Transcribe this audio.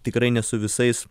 tikrai ne su visais